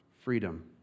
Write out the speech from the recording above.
Freedom